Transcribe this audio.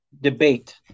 debate